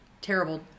terrible